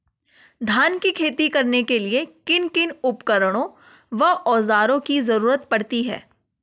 धान की खेती करने के लिए किन किन उपकरणों व औज़ारों की जरूरत पड़ती है?